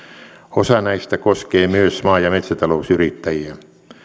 osa näistä koskee myös maa ja metsätalousyrittäjiä